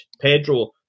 Pedro